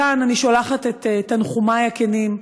מכאן אני שולחת את תנחומי הכנים,